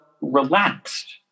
relaxed